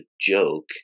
joke